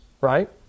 right